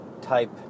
type